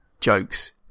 jokes